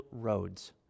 roads